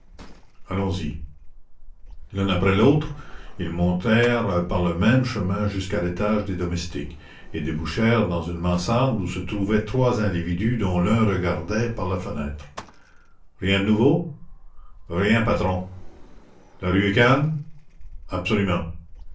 jusqu'à l'étage des domestiques et débouchèrent dans une mansarde où se trouvaient trois individus dont l'un regardait par la fenêtre rien de nouveau rien patron la rue est calme absolument